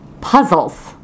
puzzles